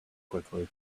quickly